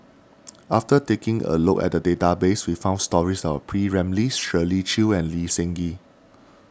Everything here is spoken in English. after taking a look at the database we found stories about P Ramlee Shirley Chew and Lee Seng Gee